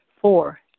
Four